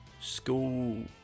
school